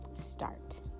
start